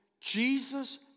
Jesus